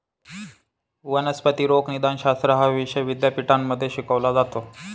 वनस्पती रोगनिदानशास्त्र हा विषय विद्यापीठांमध्ये शिकवला जातो